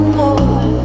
more